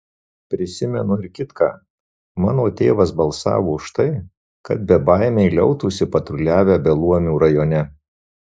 prisimenu ir kitką mano tėvas balsavo už tai kad bebaimiai liautųsi patruliavę beluomių rajone